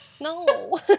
no